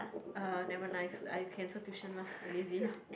uh never nice I cancel tuition lah I'm lazy lah